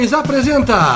apresenta